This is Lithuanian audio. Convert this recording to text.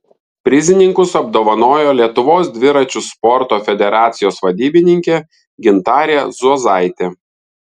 prizininkus apdovanojo lietuvos dviračių sporto federacijos vadybininkė gintarė zuozaitė